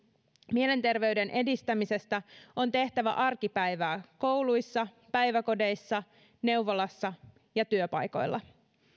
mielenterveyden edistämisestä on tehtävä arkipäivää kouluissa päiväkodeissa neuvolassa ja työpaikoilla